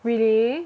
really